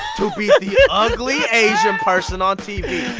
to be the ugly asian person on tv,